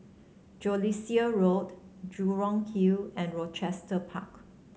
Jellicoe Road Jurong Hill and Rochester Park